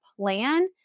plan